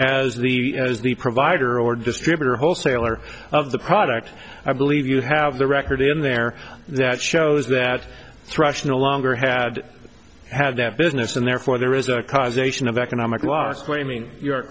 as the as the provider or distributor wholesaler of the product i believe you have the record in there that shows that thrush no longer had have that business and therefore there is a causation of economic loss claiming you